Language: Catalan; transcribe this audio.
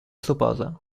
suposa